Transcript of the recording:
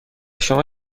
شما